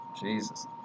Jesus